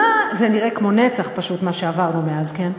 זה נראה כמו נצח, פשוט, מה שעברנו מאז, כן.